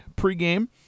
Pre-game